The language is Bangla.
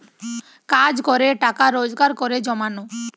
কাজ করে টাকা রোজগার করে জমানো